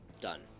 done